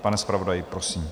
Pane zpravodaji, prosím.